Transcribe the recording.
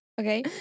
Okay